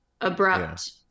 abrupt